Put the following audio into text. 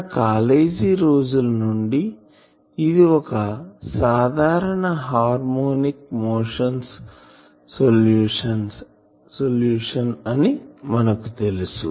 మన కాలేజీ రోజుల నుండి ఇది ఒక సాధారణ హార్మోనిక్ మోషన్స్ సొల్యూషన్ అని మనకు తెలుసు